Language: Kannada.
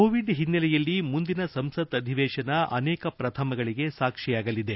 ಕೋವಿಡ್ ಹಿನ್ನೆಲೆಯಲ್ಲಿ ಮುಂದಿನ ಸಂಸತ್ ಅಧಿವೇಶನ ಅನೇಕ ಪ್ರಥಮಗಳಿಗೆ ಸಾಕ್ಷಿಯಾಗಲಿದೆ